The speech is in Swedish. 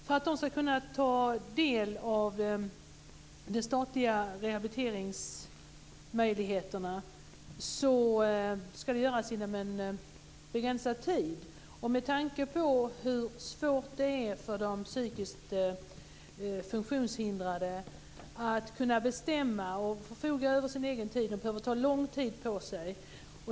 För att de ska kunna ta del av det statliga rehabiliteringsbidraget ska rehabiliteringen ske inom en begränsad tid. Jag ställer frågan med tanke på hur svårt det är för de psykiskt funktionshindrade att bestämma och förfoga över sin egen tid. De behöver ta lång tid på sig.